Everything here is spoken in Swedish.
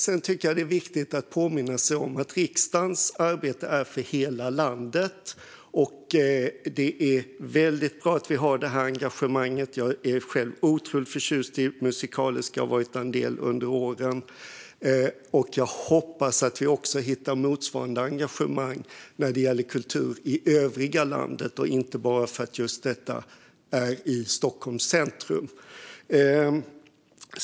Jag tycker att det är viktigt att påminna om att riksdagens arbete är för hela landet. Jag är väldigt glad att vi har det här engagemanget, och jag är själv otroligt förtjust i Musikaliska och har varit där en del under åren. Därför hoppas jag att vi också hittar motsvarande engagemang när det gäller kultur i övriga landet och inte bara för just detta för att det ligger i Stockholms centrum.